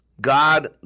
God